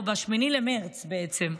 הוא ב-8 במרץ בעצם,